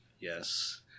Yes